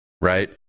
right